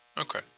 Okay